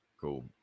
cool